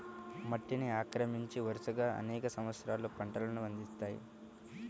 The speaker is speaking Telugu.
మట్టిని ఆక్రమించి, వరుసగా అనేక సంవత్సరాలు పంటలను అందిస్తాయి